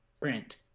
print